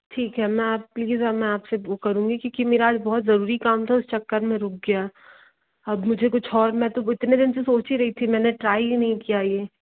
ठीक है मैं प्लीज़ अब मैं आपसे वो करूँगी क्योंकि मेरा आज बहुत जरूरी काम था उस चक्कर में रुक गया अब मुझे कुछ और मैं तो इतने दिन से सोच ही रही थी मैंने ट्राई ही नहीं किया ये